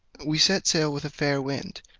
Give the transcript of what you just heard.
we set sail with a fair wind,